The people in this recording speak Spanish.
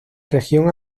región